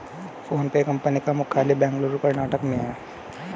PhonePe company का मुख्यालय बेंगलुरु कर्नाटक भारत में है